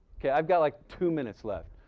okay. i've got like two minutes left.